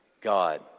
God